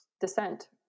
descent